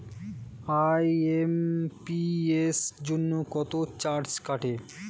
IMPS জন্য কত charge কাটে?